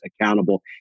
accountable